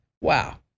wow